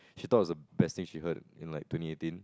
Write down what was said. she thought it was the best thing she heard in like twenty eighteen